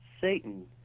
Satan